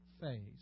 phase